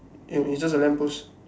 ya it's just a lamp post